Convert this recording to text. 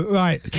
right